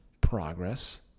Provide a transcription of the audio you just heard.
progress